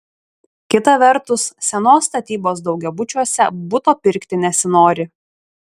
kita vertus senos statybos daugiabučiuose buto pirkti nesinori